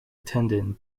attending